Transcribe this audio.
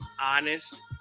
honest